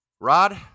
Rod